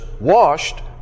washed